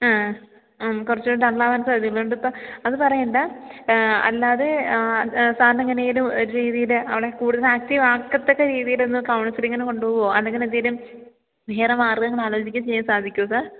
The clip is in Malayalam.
അ കുറച്ച് ഡളളാകാൻ സാധ്യതയുള്ളത് കൊണ്ടിപ്പോള് അത് പറയേണ്ട അല്ലാതെ സാറിന് എങ്ങനെയെങ്കിലും ഒരു രീതിയില് അവളെ കൂടുതല് ആക്ടിവാക്കത്തക്ക രീതിയില് ഒന്ന് കൗൺസിലിംഗിന് കൊണ്ടുപോവുകയോ അല്ലെങ്കില് എന്തെങ്കിലും വേറെ മാർഗ്ഗങ്ങള് ആലോചിക്കുകയും ചെയ്യാൻ സാധിക്കുമോ സാർ